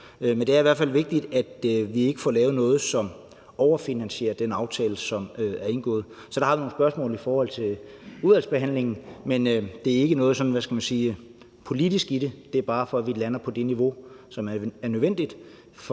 men det er i hvert fald vigtigt, at vi ikke får lavet noget, som overfinansierer den aftale, som er indgået. Så det har vi nogle spørgsmål til i udvalgsbehandlingen, men der er ikke noget politisk i det; det er bare for, at vi lander på det niveau, som er nødvendigt